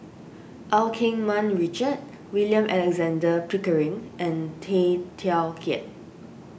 Eu Keng Mun Richard William Alexander Pickering and Tay Teow Kiat